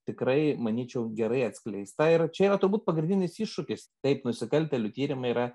tikrai manyčiau gerai atskleista ir čia yra turbūt pagrindinis iššūkis taip nusikaltėlių tyrimai yra